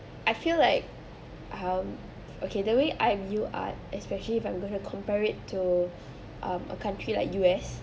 I feel like um okay the way I am view art especially if I'm going to compare it to um a country like U_S